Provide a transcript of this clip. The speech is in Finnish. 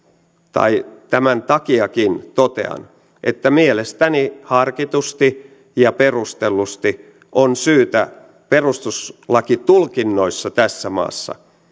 tai tämän takiakin totean että mielestäni harkitusti ja perustellusti on syytä perustuslakitulkinnoissa tässä maassa